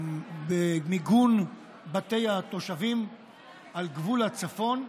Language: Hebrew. במיגון בתי התושבים על גבול הצפון.